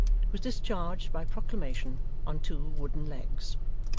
was discharged by proclamation, on two wooden legs.